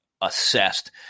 assessed